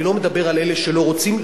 אני לא מדבר על אלה שלא רוצים,